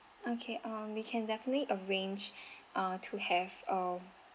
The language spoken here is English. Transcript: okay um we can definitely arrange uh to have uh